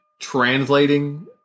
translating